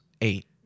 eight